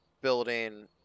Building